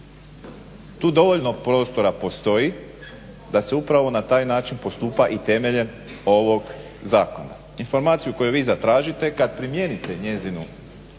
Tu dovoljno prostora postoji da se upravo na taj način postupa i temeljem ovog zakona. Informaciju koju vi zatražite kad primijenite njezinu